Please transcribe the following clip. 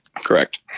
Correct